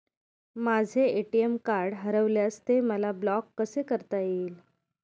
माझे ATM card हरविल्यास ते मला ब्लॉक कसे करता येईल?